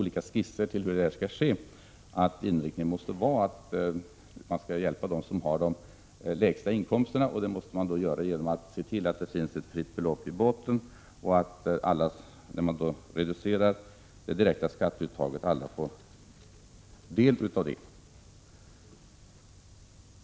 Inriktningen måste vara att hjälpa dem som har de lägsta inkomsterna genom att se till att det finns ett fribelopp i botten och när man reducerar det direkta skatteuttaget se till att alla får del av detta.